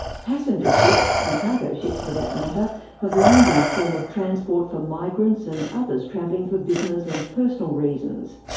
passenger ships and cargo ships for that matter have long been a form of transport for migrants and others travelling for business and personal reasons.